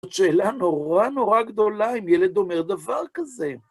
שאלה נורא נורא גדולה אם ילד אומר דבר כזה.